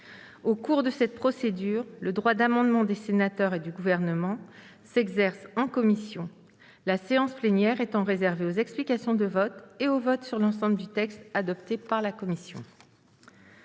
Au cours de cette procédure, le droit d'amendement des sénateurs et du Gouvernement s'exerce en commission, la séance plénière étant réservée aux explications de vote et au vote sur l'ensemble du texte adopté par la commission.